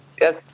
Yes